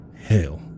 Hell